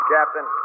Captain